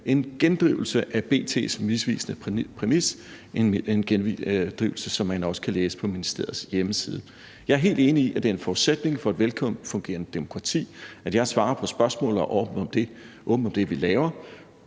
en gendrivelse af B.T.s misvisende præmis – en gendrivelse, som man også kan læse på ministeriets hjemmeside. Jeg er helt enig i, at det er en forudsætning for et velfungerende demokrati, at jeg svarer på spørgsmål og er åben om det, vi laver.